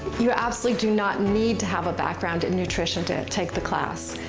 you absolutely do not need to have a background in nutrition to take the class.